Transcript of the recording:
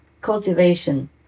cultivation